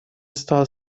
стал